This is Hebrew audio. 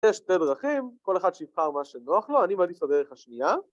‫יש שתי דרכים, כל אחד שיבחר ‫מה שנוח לו, אני מעדיף את הדרך השנייה.